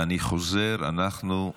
אני חוזר, אנחנו,